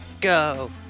go